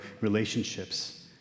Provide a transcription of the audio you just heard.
relationships